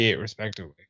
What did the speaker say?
respectively